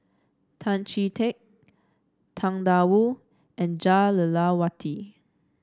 Tan Chee Teck Tang Da Wu and Jah Lelawati